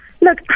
Look